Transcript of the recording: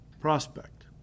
prospect